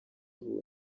ubu